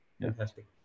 fantastic